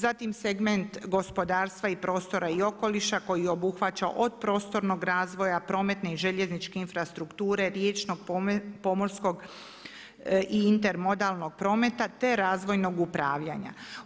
Zatim segment gospodarstva i prostora i okoliša koji obuhvaća od prostornog razvoja, prometne, željezničke infrastrukture, riječnog pomorskog i intermodalnog prometa, te razvojnog upravljanja.